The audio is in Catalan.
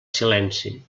silenci